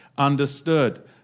Understood